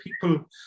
people